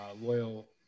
loyal